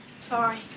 Sorry